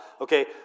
Okay